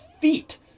feet